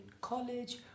college